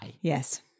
Yes